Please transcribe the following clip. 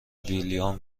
ویلیام